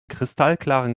kristallklaren